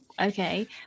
Okay